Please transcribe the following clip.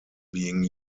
being